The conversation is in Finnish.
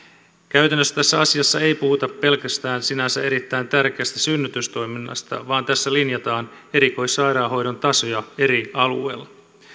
käytännössä tässä asiassa ei puhuta pelkästään sinänsä erittäin tärkeästä synnytystoiminnasta vaan tässä linjataan erikoissairaanhoidon tasoja eri alueilla